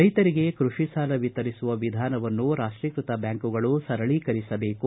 ರೈತರಿಗೆ ಕೃಷಿ ಸಾಲ ವಿತರಿಸುವ ವಿಧಾನವನ್ನು ರಾಷ್ವೀಕೃತ ಬ್ಯಾಂಕುಗಳು ಸರಳೀಕರಿಸಬೇಕು